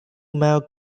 male